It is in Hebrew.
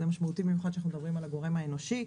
זה משמעותי במיוחד כשאנחנו מדברים על הגורם האנושי,